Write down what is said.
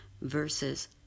verses